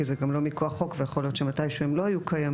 כי זה גם לא מכוח חוק ויכול להיות שמתישהו הם לא יהיו קיימים,